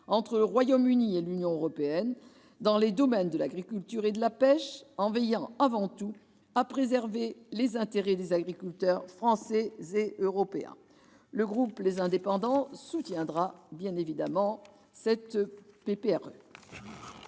entre le Royaume-Uni et l'Union européenne dans les domaines de l'agriculture et de la pêche, en veillant avant tout à préserver les intérêts des agriculteurs français et européens. Le groupe Les Indépendants soutiendra bien évidemment cette